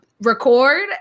Record